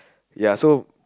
ya so